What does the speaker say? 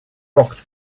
rocked